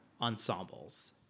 ensembles